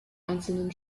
einzelnen